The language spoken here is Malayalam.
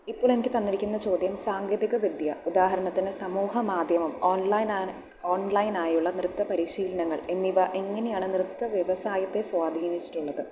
ഇപ്പോൾ എനിക്ക് തന്നിരിക്കുന്ന ചോദ്യം സാങ്കേതിക വിദ്യ ഉദാഹരണത്തിന് സമൂഹ മാധ്യമം ഓൺലൈൻ ഓൺലൈൻ ആയുള്ള നൃത്ത പരിശീലനങ്ങൾ എന്നിവ എങ്ങനെയാണ് നൃത്ത വ്യവസായത്തെ സ്വാധീനിച്ചിട്ടുള്ളത്